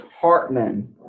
Hartman